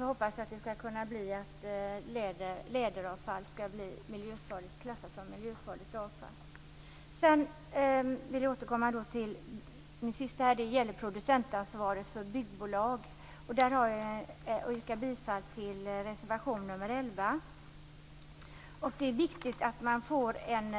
Jag hoppas att läderavfall så småningom skall klassas som miljöfarligt avfall. Jag återkommer till frågan om producentansvaret för byggbolag. Jag yrkar bifall till reservation nr 11. Det är viktigt att få en